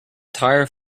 tire